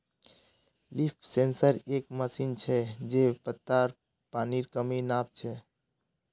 leaf sensor एक machine छ जे पत्तात पानीर कमी नाप छ